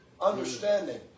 understanding